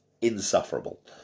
insufferable